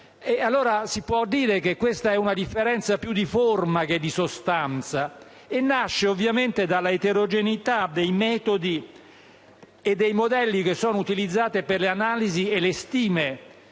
Si può dire che questa sia una differenza più di forma che di sostanza e nasce ovviamente dalla eterogeneità dei metodi e dei modelli utilizzati per le analisi e le stime,